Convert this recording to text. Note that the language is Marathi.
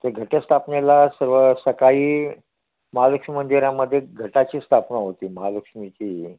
ते घटस्थापनेला सर्व सकाळी महालक्ष्मी मंदिरामध्ये घटाची स्थापना होती महालक्ष्मीची